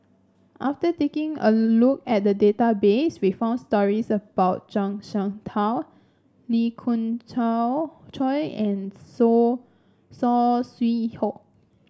after taking a look at the database we found stories about Zhuang Shengtao Lee Khoon Choy and So Saw Swee Hock